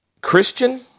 Christian